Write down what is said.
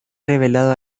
revelado